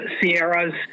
Sierras